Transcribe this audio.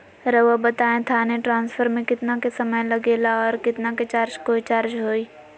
रहुआ बताएं थाने ट्रांसफर में कितना के समय लेगेला और कितना के चार्ज कोई चार्ज होई?